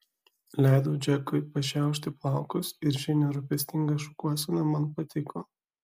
leidau džekui pašiaušti plaukus ir ši nerūpestinga šukuosena man patiko